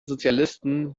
sozialisten